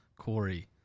Corey